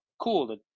cool